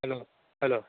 hello hello